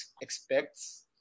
expects